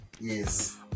yes